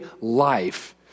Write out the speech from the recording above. life